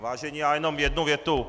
Vážení, já jenom jednu větu.